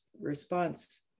response